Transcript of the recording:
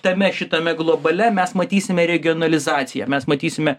tame šitame globale mes matysime regionalizaciją mes matysime